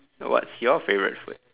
what's your favorite food